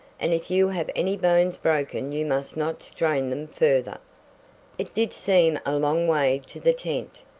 and if you have any bones broken you must not strain them further. it did seem a long way to the tent,